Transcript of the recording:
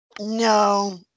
No